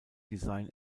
design